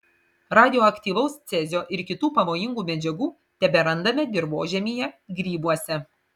radioaktyvaus cezio ir kitų pavojingų medžiagų teberandame dirvožemyje grybuose